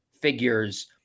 figures